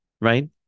right